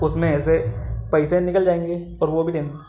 उसमें ऐसे पैसे निकल जाएँगे पर वो भी टेन्स